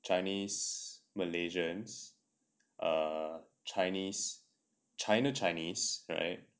chinese malaysians err chinese china chinese right